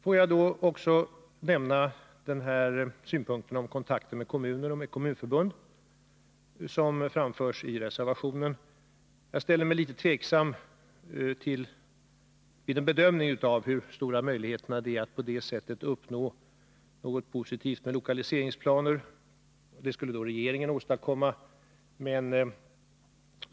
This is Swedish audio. Får jag också nämna den synpunkt i fråga om kontakter med kommuner och kommunförbund som framförs i reservation 1. Jag ställer mig litet tveksam till detta vid en bedömning av hur stora möjligheterna är att på detta sätt uppnå något positivt när det gäller en lokaliseringsplan, som regeringen skulle åstadkomma.